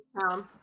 town